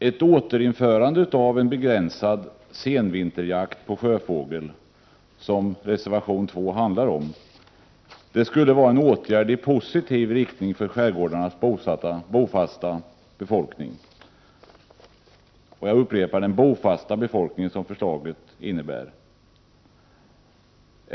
Ett återinförande av en begränsad senvinterjakt på sjöfågel — som reservation 2 handlar om — skulle vara en åtgärd i positiv riktning för skärgårdarnas bofasta befolkning. Jag upprepar att förslaget gäller den bofasta befolkningen.